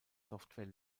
software